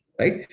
right